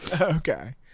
Okay